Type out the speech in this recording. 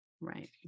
right